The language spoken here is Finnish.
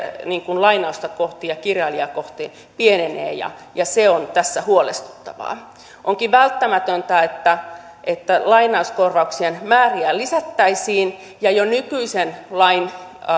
lainausta kohti ja kirjailijaa kohti pienevät ja ja se on tässä huolestuttavaa onkin välttämätöntä että että lainauskorvauksien määriä lisättäisiin ja jo nykyisen lain